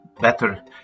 better